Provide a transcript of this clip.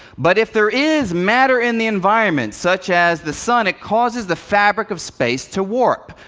but if there is matter in the environment, such as the sun, it causes the fabric of space to warp,